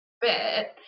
bit